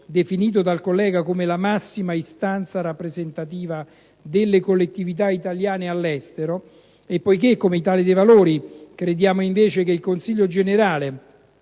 definito dai colleghi come la «massima istanza rappresentativa delle collettività italiane all'estero», e poiché come Italia dei Valori crediamo invece che il Consiglio generale